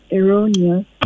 Erroneous